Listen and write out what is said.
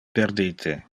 perdite